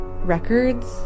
Records